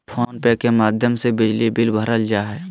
phone पे के माध्यम से बिजली बिल भरल जा हय